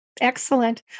Excellent